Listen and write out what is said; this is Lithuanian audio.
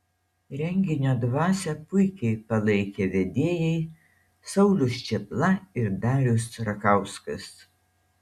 renginio dvasią puikiai palaikė vedėjai saulius čėpla ir darius rakauskas